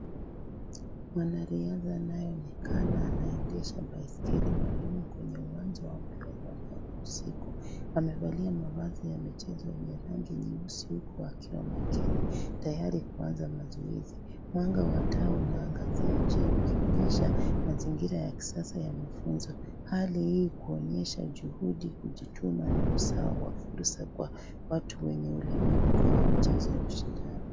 Mwanariadha anayeonekana anaendesha baisikeli maalum kwenye uwanja usuku amevalia mavazi ya michezo yenye rangi nyeusi huku akiwa makini tayari kuanza mazoezi, mwanga wa taa unaangazia njia ukionyesha mazingira ya kisasa ya mafunzo hali hii kuonyesha juhudi kujituma na usawa fursa kwa watu wenye ulemavu kweye michezo na ushindani.